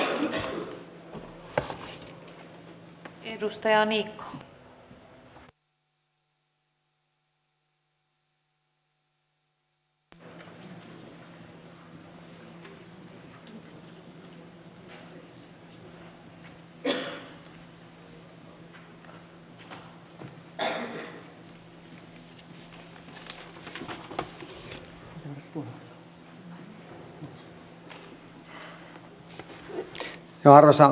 arvoisa rouva puhemies